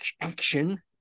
action